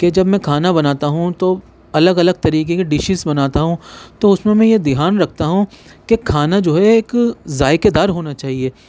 کہ جب میں کھانا بناتا ہوں تو الگ الگ طریقے کی ڈشیز بناتا ہوں تو اس میں میں یہ دیہان رکھتا ہوں کہ کھانا جو ہے ایک ذائقےدار ہونا چاہیے